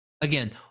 Again